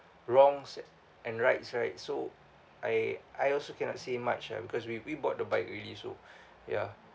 wrongs and rights right so I I also cannot say much ah because we we bought the bike already so ya